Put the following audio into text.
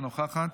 אינה נוכחת,